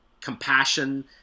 compassion